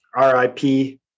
RIP